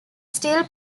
still